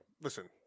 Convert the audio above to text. listen